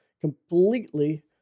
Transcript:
completely